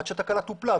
עד שהתקלה טופלה.